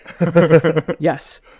yes